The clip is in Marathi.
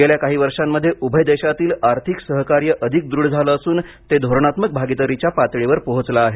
गेल्या काही वर्षांमध्ये उभय देशांमधील आर्थिक सहकार्य अधिक दृढ झालं असून ते धोरणात्मक भागिदारीच्या पातळीवर पोहोचलं आहे